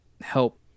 help